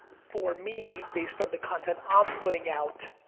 for me, based on the content i'm putting out,